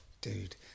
Dude